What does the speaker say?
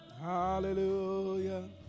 Hallelujah